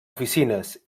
oficines